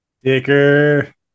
Dicker